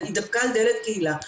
התדפקה על דלת קהילה,